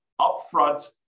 upfront